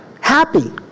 Happy